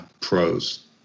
pros